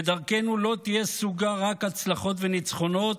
ודרכנו לא תהיה סוגה רק הצלחות וניצחונות,